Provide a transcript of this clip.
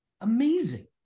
amazing